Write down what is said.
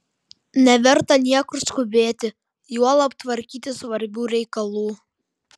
neverta niekur skubėti juolab tvarkyti svarbių reikalų